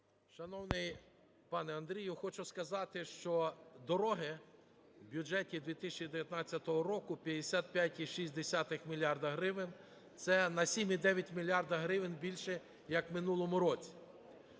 Шановний пане Андрію, хочу сказати, що дороги в бюджеті 2019 року - 55,6 мільярда гривень, це на 7,9 мільярда гривень більше, як у минулому році.